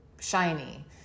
shiny